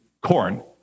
corn